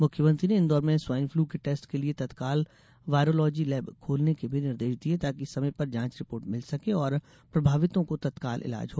मुख्यमंत्री ने इंदौर में स्वाइन फ्लू के टेस्ट के लिये तत्काल वायरोलॉजी लैब खोलने के भी निर्देश दिये ताकि समय पर जाँच रिपोर्ट मिल सके और प्रभावितों को तत्काल इलाज हो